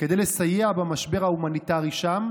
כדי לסייע במשבר ההומניטרי שם,